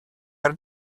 are